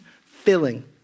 filling